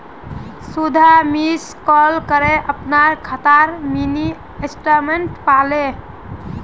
सुधा miss call करे अपनार खातार मिनी स्टेटमेंट पाले